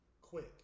quick